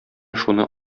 шуны